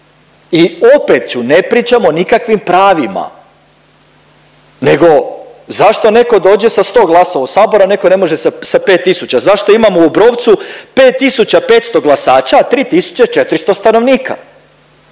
I opet ću, ne pričam o nikakvim pravima nego zašto neko dođe sa sto glasova u Sabor, a neko ne može sa pet tisuća? Zašto imamo u Obrovcu 5500 glasača, a 3400 stanovnika?